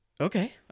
Okay